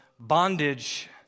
bondage